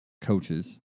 coaches